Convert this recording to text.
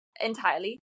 entirely